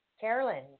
Carolyn